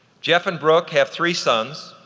jeff and brooke have three sons,